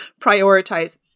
prioritize